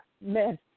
men